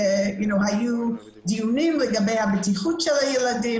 היו דיונים לגבי הבטיחות של הילדים,